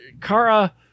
Kara